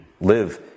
live